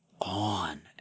on